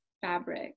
fabric